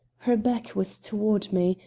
her back was toward me,